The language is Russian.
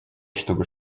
чтобы